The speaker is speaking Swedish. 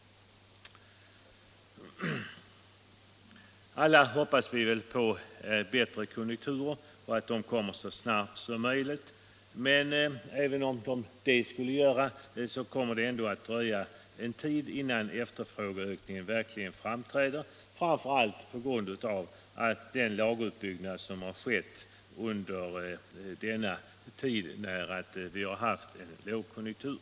Alla hoppas vi på bättre konjunkturer och på att de kommer så snart som möjligt — men även om de skulle göra det kommer det ändå att dröja en tid innan efterfrågeökningen verkligen framträtt, framför allt på grund av den lageruppbyggnad som skett under den tid när vi haft Förlängd tid för en lågkonjunktur.